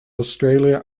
australia